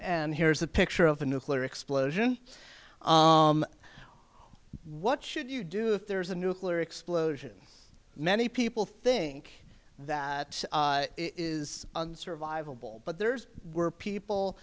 and here's a picture of a nuclear explosion what should you do if there's a nuclear explosion many people think that is unsurvivable but there's were people